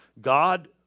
God